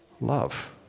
love